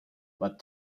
but